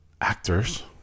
actors